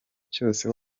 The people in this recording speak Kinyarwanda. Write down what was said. cyose